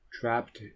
trapped